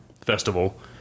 Festival